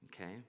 okay